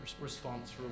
response